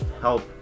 help